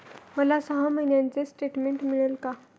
मला सहा महिन्यांचे स्टेटमेंट मिळेल का?